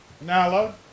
Nala